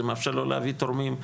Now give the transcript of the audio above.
זה מאפשר לו להביא תורמים,